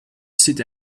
sit